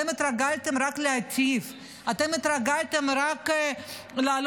אתם התרגלתם רק להטיף,